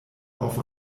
auf